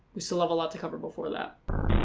we still have a lot to cover before that.